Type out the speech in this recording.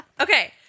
Okay